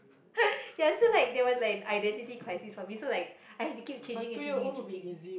ya so like there were like identity crisis for me so like I have to keep changing and changing and changing